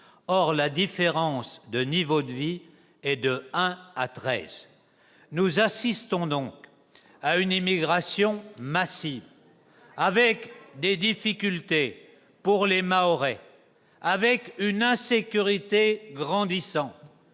Or la différence de niveau de vie est de 1 à 13. Nous assistons donc à une immigration massive, assortie de difficultés pour les Mahorais, en particulier d'une insécurité grandissante.